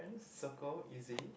circle easy